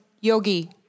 Yogi